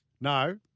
No